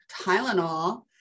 Tylenol